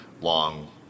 long